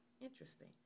interesting